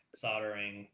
soldering